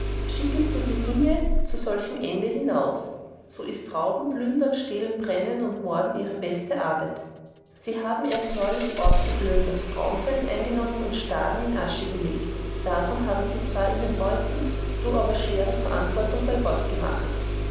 schickest du die deinige zu solchem ende hinaus so ist rauben plündern stehlen brennen und morden ihre beste arbeit sie haben erst neulich orb geplündert braunfels eingenommen und staden in die asche gelegt davon haben sie zwar ihnen beuten du aber eine schwere verantwortung bei gott